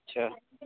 اَچّھا